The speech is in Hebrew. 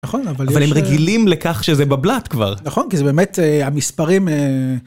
נכון אבל הם רגילים לכך שזה בבל"ת כבר נכון כי זה באמת המספרים